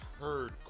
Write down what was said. heard